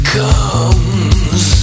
comes